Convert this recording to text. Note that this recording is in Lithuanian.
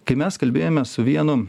kai mes kalbėjomės su vienu